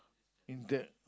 in that